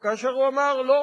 כאשר הוא אמר: לא,